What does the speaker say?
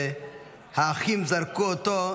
שהאחים זרקו אותו,